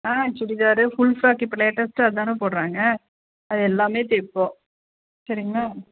ஆ churidar full frock இப்போ லேட்டஸ்ட்டாக அதானே போடுறாங்க அது எல்லாம் தைப்போம் சரிங்களா